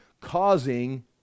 causing